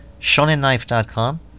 Shonenknife.com